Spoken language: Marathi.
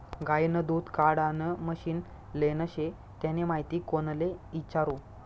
गायनं दूध काढानं मशीन लेनं शे त्यानी माहिती कोणले इचारु?